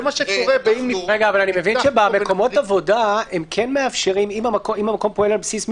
אז מה זה "מקום שהוגדר עיסוקו מכירת